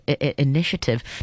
initiative